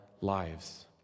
lives